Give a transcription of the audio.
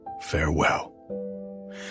farewell